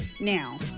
Now